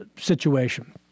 situation